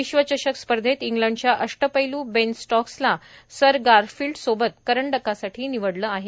विश्वचषक स्पर्धेत इंग्लंडच्या अष्टपैल् बेन स्टॉक्सला सर गारफील्ड सोबत करंडकासाठी निवडलं आहे